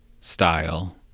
style